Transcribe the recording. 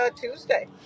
Tuesday